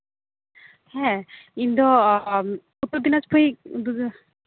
ᱦᱮᱸ ᱤᱧ ᱫᱚ ᱩᱛᱛᱚᱨ ᱫᱤᱱᱟᱡᱽᱯᱩᱨᱤᱡ